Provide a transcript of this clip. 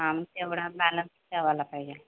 अमूक एवढा बॅलन्स ठेवायला पाहिजे